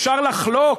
אפשר לחלוק,